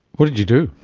what did you do?